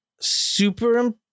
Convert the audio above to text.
super